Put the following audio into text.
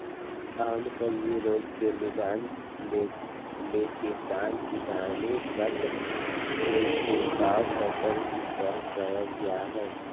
आम सब्जी रोग के निदान ले किसान कीटनाशक के छिड़काव फसल पर करल जा हई